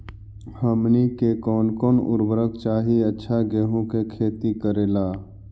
हमनी के कौन कौन उर्वरक चाही अच्छा गेंहू के खेती करेला?